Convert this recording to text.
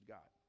God